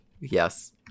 Yes